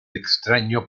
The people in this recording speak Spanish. extraño